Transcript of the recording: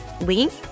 Link